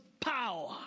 power